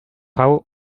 hau